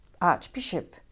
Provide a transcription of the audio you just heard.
Archbishop